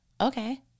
Okay